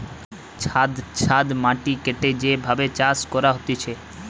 ছাদ ছাদ মাটি কেটে যে ভাবে চাষ করা হতিছে